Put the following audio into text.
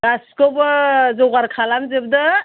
गासैखौबो जगार खालामजोबदो